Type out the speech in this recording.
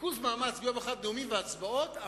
ריכוז מאמץ ביום אחד נאומים בהצבעות,